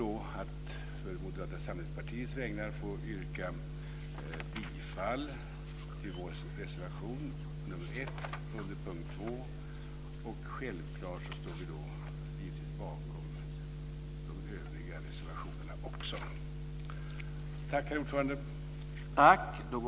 Å Moderata samlingspartiets vägnar yrkar jag bifall till vår reservation nr 1 under punkt 2 men självklart står vi bakom också våra övriga reservationer.